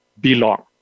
belong